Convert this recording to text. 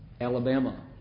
Alabama